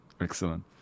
Excellent